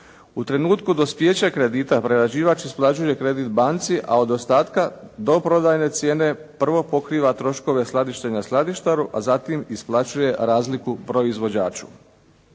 U trenutku dospijeća kredita prerađivač isplaćuje kredit banci, a od ostatka do prodajne cijene prvo pokriva troškove skladištenja skladištaru, a zatim isplaćuje razliku proizvođaču.